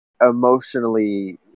emotionally